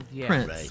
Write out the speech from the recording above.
Prince